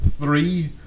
three